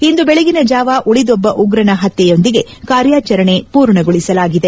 ಇಂದು ಬೆಳಗಿನ ರಝಾವ ಉಳಿದೊಬ್ಲ ಉಗ್ರನ ಪತ್ನೆಯೊಂದಿಗೆ ಕಾರ್ಯಾಚರಣ ಪೂರ್ಣಗೊಳಿಸಲಾಗಿದೆ